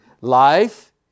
Life